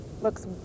looks